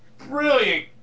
brilliant